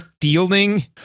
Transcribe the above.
fielding